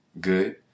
good